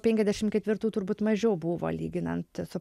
penkiasdešimt ketvirtų turbūt mažiau buvo lyginant su